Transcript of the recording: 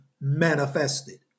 manifested